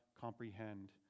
comprehend